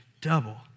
double